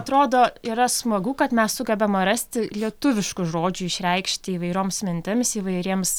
atrodo yra smagu kad mes sugebame rasti lietuviškų žodžių išreikšti įvairioms mintims įvairiems